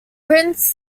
prince